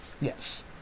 Yes